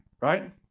right